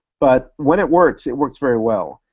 but when it works, it works very well.